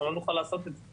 אנחנו לא נוכל לעשות את זה,